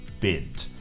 bid